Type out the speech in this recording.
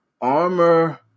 armor